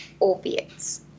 opiates